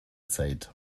zeit